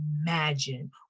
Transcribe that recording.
imagine